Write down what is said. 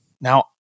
Now